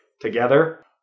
together